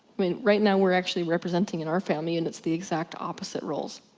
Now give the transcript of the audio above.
i mean right now we're actually representing in our family units, the exact opposite rolls.